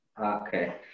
Okay